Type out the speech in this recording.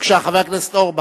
בבקשה, חבר הכנסת אורבך.